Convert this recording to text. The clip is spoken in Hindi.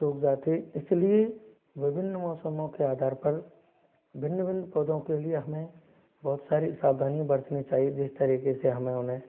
सुख जाते इसलिए विभिन्न मौसमों के आधार पर भिन्न भिन्न पौधों के लिए हमें बहुत सारी सावधानियाँ बरतनी चाहिए जिस तरीके से हमें उन्हें